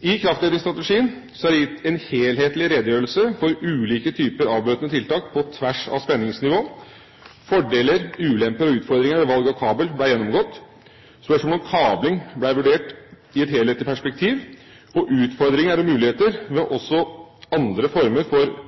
I kraftledningsstrategien er det gitt en helhetlig redegjørelse for ulike typer avbøtende tiltak på tvers av spenningsnivå. Fordeler, ulemper og utfordringer ved valg av kabel ble gjennomgått. Spørsmålet om kabling ble vurdert i et helhetlig perspektiv, og utfordringer og muligheter ved også andre former for